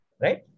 right